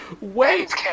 Wait